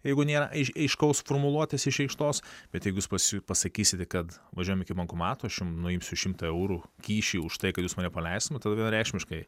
jeigu nėra ai aiškaus formuluotės išreikštos bet jeigu pasiū pasakysite kad važiuojam iki bankomato aš jum nuimsiu šimto eurų kyšį už tai kad jūs mane paleistumėst tada reikšmiškai